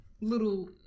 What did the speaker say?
little